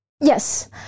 Yes